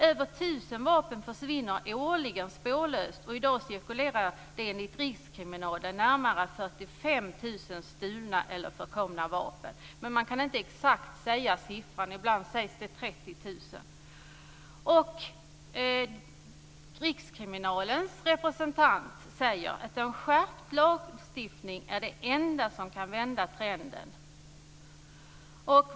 Över 1 000 vapen försvinner årligen spårlöst, och i dag cirkulerar det enligt Rikskriminalen närmare 45 000 stulna eller förkomna vapen. Man kan dock inte exakt säga siffran, ibland sägs det Rikskriminalens representant säger att en skärpt lagstiftning är det enda som kan vända trenden.